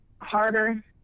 harder